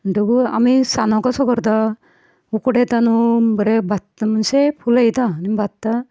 म्हणटकीर आमी सांजो कसो करता उकडे तांदूळ बरें भाजता म्हणजे फुलयता आनी भाजता